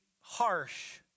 harsh